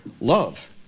love